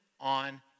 On